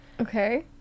Okay